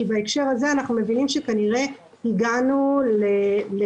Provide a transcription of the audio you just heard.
בהקשר הזה, אנחנו מבינים שכנראה הגענו למיצוי.